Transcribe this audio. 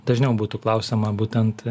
dažniau būtų klausiama būtent